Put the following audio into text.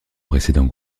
précédent